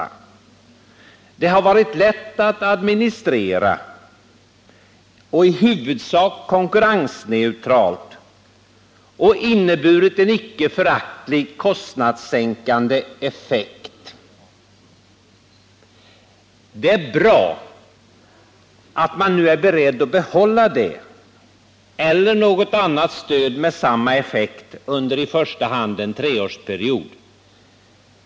Det stödet har varit lätt att administrera, det har varit i huvudsak konkurrensneutralt och det har haft en icke föraktlig kostnadssänkande effekt. Det är bra att man nu är beredd att behålla det eller något annat stöd med samma effekt under i första hand en treårsperiod.